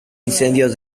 incendio